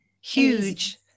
huge